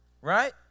right